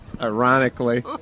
Ironically